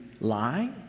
lie